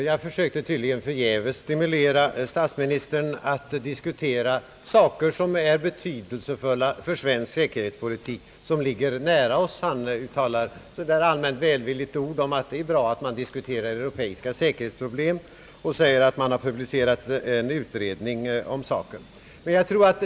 Jag försökte tydligen förgäves stimulera statsministern att diskutera saker som är betydelsefulla för svensk säkerhetspolitik, problem som ligger oss nära. Statsministern talade allmänt välvilligt om att det är bra att europeiska säkerhetsproblem diskuteras och att en utredning i ämnet har publicerats.